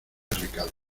recado